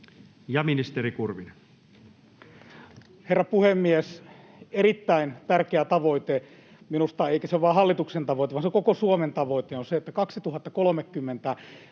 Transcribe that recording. Content: Herra puhemies! Erittäin tärkeä tavoite minusta eikä vain hallituksen tavoite vaan koko Suomen tavoite on se, että 2030